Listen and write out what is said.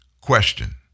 Question